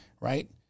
Right